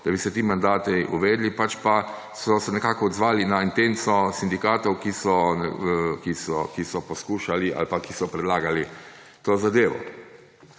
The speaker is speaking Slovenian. da bi se ti mandati uvedli; pač pa so se nekako odzvali na intenco sindikatov, ki so poskušali ali pa ki so predlagali to zadevo.